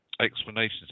explanations